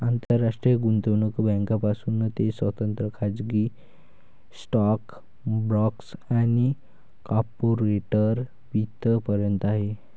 आंतरराष्ट्रीय गुंतवणूक बँकांपासून ते स्वतंत्र खाजगी स्टॉक ब्रोकर्स आणि कॉर्पोरेट वित्त पर्यंत आहे